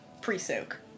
pre-soak